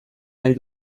nahi